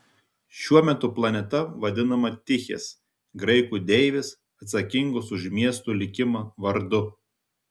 šiuo metu planeta vadinama tichės graikų deivės atsakingos už miestų likimą vardu